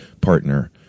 partner